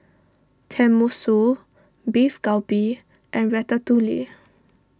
Tenmusu Beef Galbi and Ratatouille